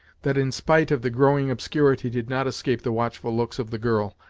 that in spite of the growing obscurity did not escape the watchful looks of the girl,